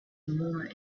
more